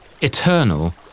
eternal